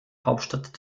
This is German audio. hauptstadt